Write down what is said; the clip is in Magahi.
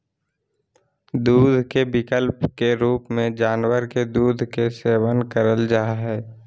दूध के विकल्प के रूप में जानवर के दूध के सेवन कइल जा हइ